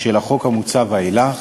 של החוק המוצע ואילך.